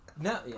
No